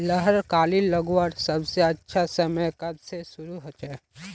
लहर कली लगवार सबसे अच्छा समय कब से शुरू होचए?